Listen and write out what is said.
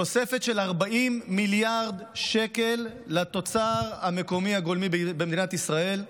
על תוספת של 40 מיליארד שקל לתוצר המקומי הגולמי במדינת ישראל,